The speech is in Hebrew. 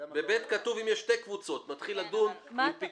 ב-(ב) כתוב אם יש שתי קבוצות,